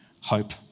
hope